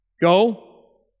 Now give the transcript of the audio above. Go